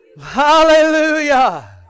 Hallelujah